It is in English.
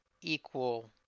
equal